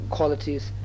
Qualities